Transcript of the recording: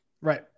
Right